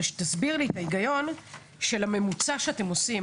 תסביר לי את ההיגיון של הממוצע שאתם עושים